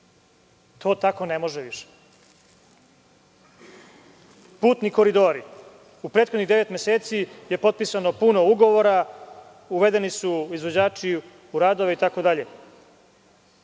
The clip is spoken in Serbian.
To tako više ne može. Putni koridori. U prethodnih devet meseci je potpisano puno ugovora, uvedeni su izvođači u radove itd.